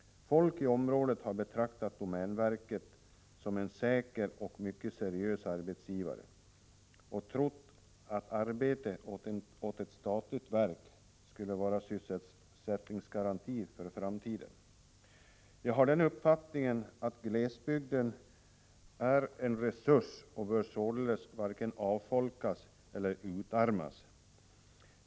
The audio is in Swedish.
Folk i trakten har betraktat domänverket som en säker och mycket seriös arbetsgivare och trott att arbete åt ett statligt verk skulle vara en sysselsättningsgaranti för framtiden. Jag har den uppfattningen att glesbygden är en resurs och således bör varken avfolkas eller utarmas.